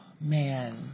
man